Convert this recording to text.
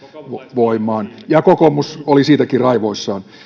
voimaan ja kokoomus oli siitäkin raivoissaan